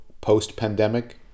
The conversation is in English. post-pandemic